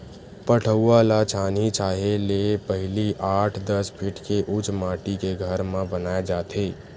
पठउवा ल छानही छाहे ले पहिली आठ, दस फीट के उच्च माठी के घर म बनाए जाथे